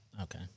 okay